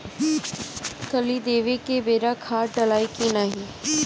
कली देवे के बेरा खाद डालाई कि न?